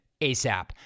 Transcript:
ASAP